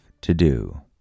To-Do